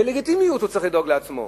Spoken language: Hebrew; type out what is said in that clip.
בלגיטימיות, הוא צריך לדאוג לעצמו.